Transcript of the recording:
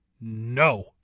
No